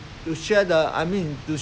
you got another day on this argument